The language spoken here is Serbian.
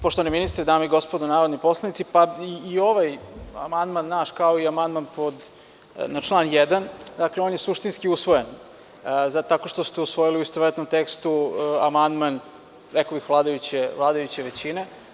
Poštovani ministre, dame i gospodo narodni poslanici, i ovaj amandman naš, kao i amandman na član 1, dakle, on je suštinski usvojen tako što ste usvojili u istovetnom tekstu amandman vladajuće većine.